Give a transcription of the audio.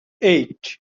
eight